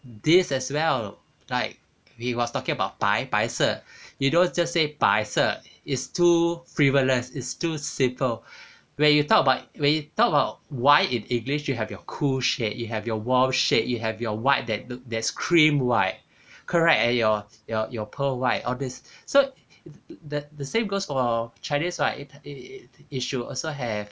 this as well like he was talking about 白白色 you don't just say 白色 it's too frivolous it's too simple when you talk about when you talk about white in english you have your cool shade you have your warm shade you have your white that look there's cream white correct or your your your pearl white all this so the the same goes for chinese [what] it should also have